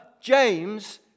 James